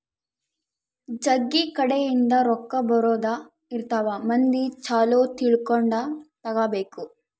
ಜಗ್ಗಿ ಕಡೆ ಇಂದ ರೊಕ್ಕ ಬರೋದ ಇರ್ತವ ಮಂದಿ ಚೊಲೊ ತಿಳ್ಕೊಂಡ ತಗಾಬೇಕು